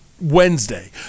Wednesday